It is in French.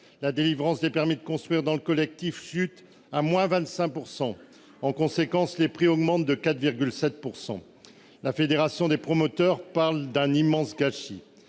La délivrance des permis de construire dans le logement collectif chute de 25 %. En conséquence, les prix augmentent de 4,7 %. La Fédération des promoteurs immobiliers parle d'un immense gâchis.